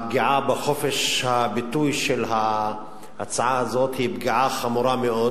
הפגיעה בחופש הביטוי בהצעה הזאת היא פגיעה חמורה מאוד,